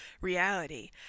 reality